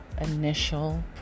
initial